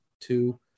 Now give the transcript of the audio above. two